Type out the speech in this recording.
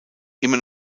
immer